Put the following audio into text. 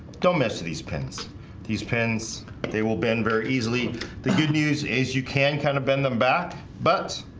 don't mess to these pins these pins they will bend very easily the good news is you can kind of bend them back, but